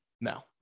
No